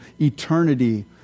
eternity